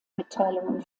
mitteilungen